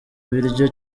biryo